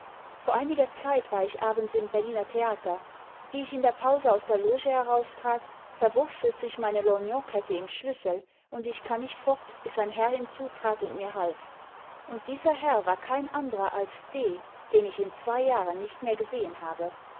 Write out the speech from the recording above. vor einiger zeit war ich abends im berliner theater wie ich in der pause aus der loge heraustrat verwurstelt sich meine lorgnonkette im schlüssel und ich kann nicht fort bis ein herr hinzutrat und mir half und dieser herr war kein anderer als d den ich in zwei jahren nicht mehr gesehen habe